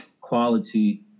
quality